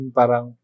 parang